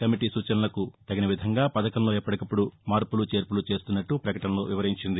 committee సూచనలకు తగినవిధంగా పథకంలో ఎప్పటికప్పుడు మార్పులు చేర్పులు చేస్తున్నట్ట పకటనలో వివరించింది